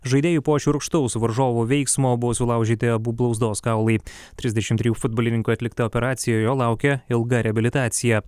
žaidėjui po šiurkštaus varžovų veiksmo buvo sulaužyti abu blauzdos kaulai trisdešim trejų futbolininkui atlikta operacija jo laukia ilga reabilitacija